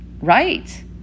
Right